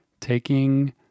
taking